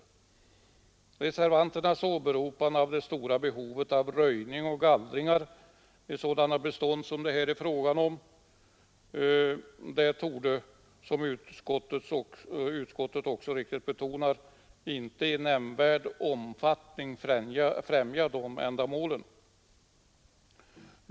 När det gäller det av reservanterna åberopade stora behovet av röjningar och gallringar i sådana bestånd som det här är fråga om torde — som utskottsmajoriteten också betonar — motionärernas förslag inte i nämnvärd omfattning främja dessa ändamål.